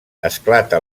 esclata